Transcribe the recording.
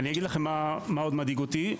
אני אגיד לכם מה עוד מדאיג אותי.